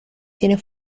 tiene